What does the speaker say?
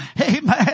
Amen